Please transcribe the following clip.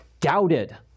doubted